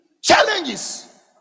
Challenges